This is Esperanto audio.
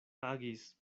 agis